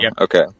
Okay